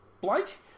Blake